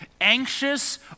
anxious